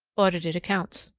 audited accounts.